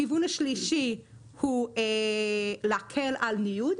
הכיוון השלישי הוא להקל על ניוד,